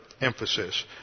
emphasis